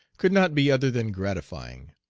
could not be other than gratifying.